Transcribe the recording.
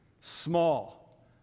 small